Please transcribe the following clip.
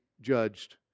judged